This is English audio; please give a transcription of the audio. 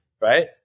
right